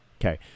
Okay